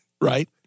Right